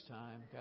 time